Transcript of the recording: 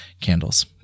candles